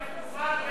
איפה התוספות שאתם,